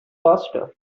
faster